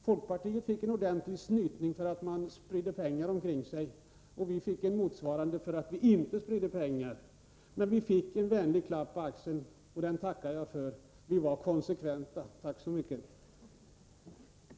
Folkpartiet fick en ordentlig snyting för att det sprider pengar omkring sig, och vi fick en motsvarande därför att vi inte sprider pengar. Men vi fick ändå en vänlig klapp på axeln, för att vi är konsekventa, och den tackar jag för.